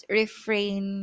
refrain